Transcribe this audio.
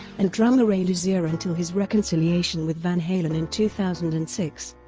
and drummer ray luzier until his reconciliation with van halen in two thousand and six,